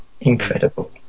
Incredible